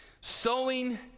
Sowing